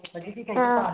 ꯑꯥ